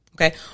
Okay